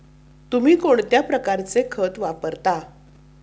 तुम्ही कोणत्या प्रकारचे खत वापरता?